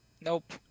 Nope